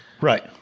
Right